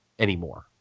Anymore